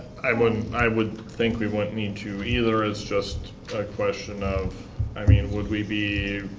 i would i would think we wouldn't need to either, is just a question of i mean, would we be